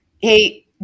Hey